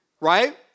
right